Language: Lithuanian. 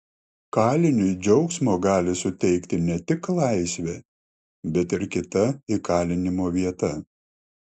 kaliniui džiaugsmo gali suteikti ne tik laisvė bet ir kita įkalinimo vieta